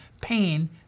pain